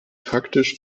faktisch